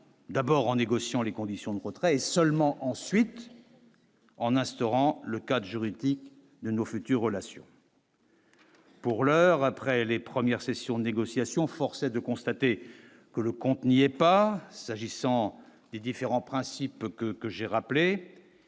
d'abord en négociant les conditions du retrait et seulement ensuite en instaurant le cadre juridique de nos futures relations. Pour l'heure, après les premières sessions de négociations, force est de constater que le compte n'y est pas, s'agissant des différents principes que que j'ai rappelé